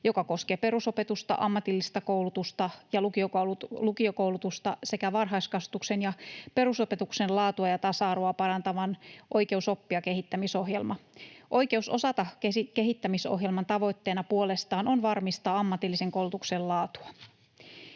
joka koskee perusopetusta, ammatillista koulutusta ja lukiokoulutusta, sekä varhaiskasvatuksen ja perusopetuksen laatua ja tasa-arvoa parantava Oikeus oppia ‑kehittämisohjelma. Oikeus osata ‑kehittämisohjelman tavoitteena puolestaan on varmistaa ammatillisen koulutuksen laatua.